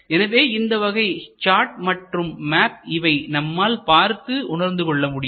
எனவே இந்த வகை ஷார்ட் மற்றும் மேப் இவை நம்மால் பார்த்துஉணர்ந்து கொள்ள முடியும்